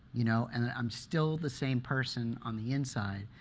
you know and ah i'm still the same person on the inside,